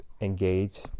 engage